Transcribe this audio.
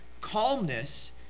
calmness